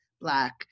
Black